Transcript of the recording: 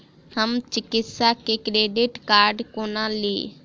हम किसान credit card कोना ली?